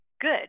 good